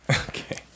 Okay